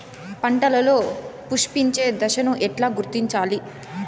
పంటలలో పుష్పించే దశను ఎట్లా గుర్తించాలి?